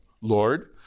Lord